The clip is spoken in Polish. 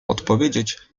odpowiedzieć